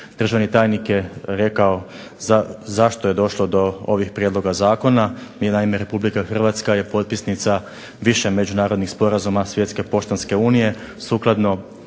Državni tajnik je rekao zašto je došlo do ovih prijedloga zakona. Naime, Republika Hrvatska je potpisnica više međunarodnih sporazuma Svjetske poštanske unije.